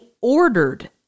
ordered